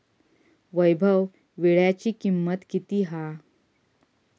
वैभव वीळ्याची किंमत किती हा?